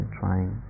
trying